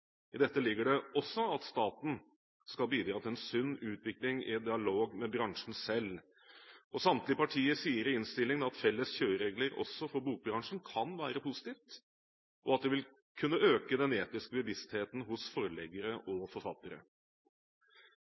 I dette ligger det også at staten skal bidra til en sunn utvikling i dialog med bransjen selv. Samtlige partier sier i innstillingen at «felles kjøreregler også for bokbransjen kan virke positivt og vil kunne øke den etiske bevisstheten hos forleggere og forfattere».